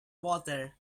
water